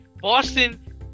Boston